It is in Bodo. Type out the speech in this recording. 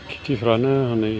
खेथिफ्रानो हनै